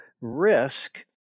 risk